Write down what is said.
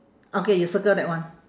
okay you circle that one